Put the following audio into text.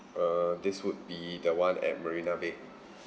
uh this would be the one at marina bay